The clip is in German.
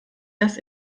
das